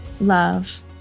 Love